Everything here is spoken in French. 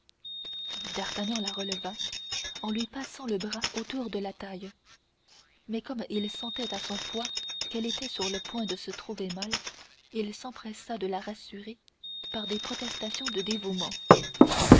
d'artagnan la releva en lui passant le bras autour de la taille mais comme il sentait à son poids qu'elle était sur le point de se trouver mal il s'empressa de la rassurer par des protestations de dévouement